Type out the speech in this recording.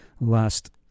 last